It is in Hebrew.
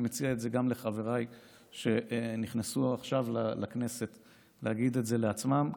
ואני מציע גם לחבריי שנכנסו עכשיו לכנסת להגיד את זה לעצמם,